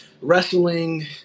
Wrestling